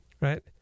right